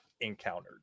encountered